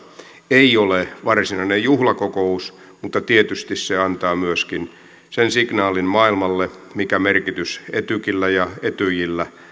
ei ole varsinainen juhlakokous mutta tietysti se antaa myöskin sen signaalin maailmalle mikä merkitys etykillä ja etyjillä